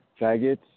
faggots